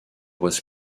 was